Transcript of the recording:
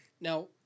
Now